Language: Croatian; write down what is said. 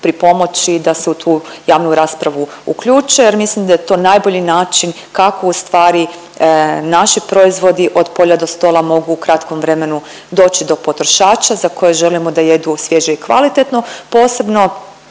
pripomoći da se u tu javnu raspravu uključe jer mislim da je to najbolji način kako ustvari naši proizvoda od polja do stola mogu u kratkom vremenu doći do potrošača za koje želimo da jedu svježe i kvalitetno, posebno